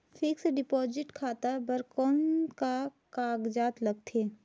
Fixed deposit खाता बर कौन का कागजात लगथे?